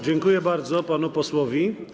Dziękuję bardzo panu posłowi.